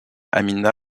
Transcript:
amina